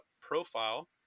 profile